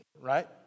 right